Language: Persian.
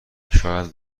شاید